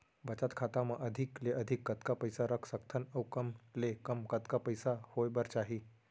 बचत खाता मा अधिक ले अधिक कतका पइसा रख सकथन अऊ कम ले कम कतका पइसा होय बर चाही?